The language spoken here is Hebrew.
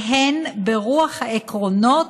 והן ברוח העקרונות